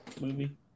movie